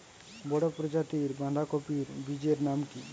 বড় প্রজাতীর বাঁধাকপির বীজের নাম কি?